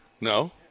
No